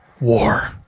War